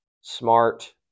smart